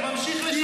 אתה ממשיך לשקר.